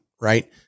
right